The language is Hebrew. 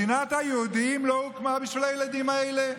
מדינת היהודים לא הוקמה בשביל הילדים האלה.